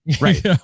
Right